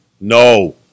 No